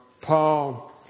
Paul